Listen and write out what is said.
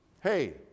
hey